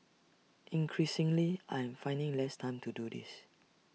increasingly I am finding less time to do this